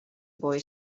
boy